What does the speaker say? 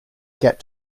get